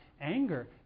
anger